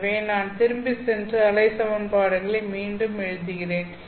எனவே நான் திரும்பிச் சென்று அலை சமன்பாடுகளை மீண்டும் எழுதுகிறேன்